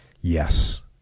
yes